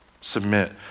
submit